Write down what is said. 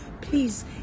please